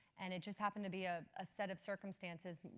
and it just happened to be a ah set of circumstances.